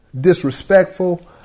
Disrespectful